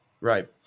right